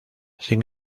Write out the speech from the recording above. sin